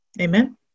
Amen